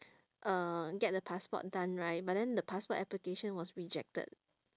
uh get the passport done right but then the passport application was rejected